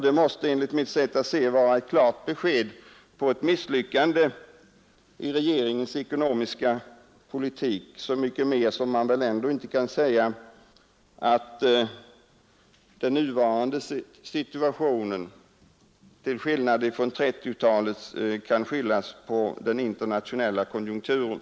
Det måste enligt mitt sätt att se vara ett klart besked om ett misslyckande för regeringens ekonomiska politik, så mycket mera som man väl ändå inte kan säga att den nuvarande situationen till skillnad från 1930-talets kan skyllas på den internationella konjunkturen.